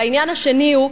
והעניין השני הוא,